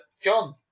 John